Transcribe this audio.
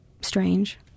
strange